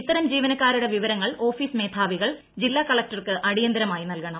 ഇത്തരം ജീവനക്കാരുടെ വിവരങ്ങൾ ഓഫീസ് മേധാവികൾ ജില്ലാ കളക്ടർക്ക് അടിയന്തിരമായി നൽകണം